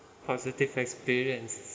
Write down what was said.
positive experience